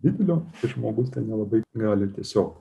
didelio žmogus ten nelabai gali tiesiog